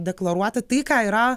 deklaruoti tai ką yra